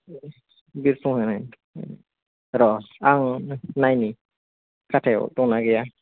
बिरफुं होननाय र' आं नायनि खाथायाव दंना गैया